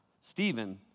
Stephen